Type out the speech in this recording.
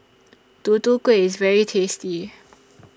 Tutu Kueh IS very tasty